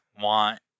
want